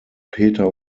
peter